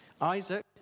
Isaac